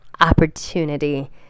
opportunity